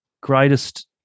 greatest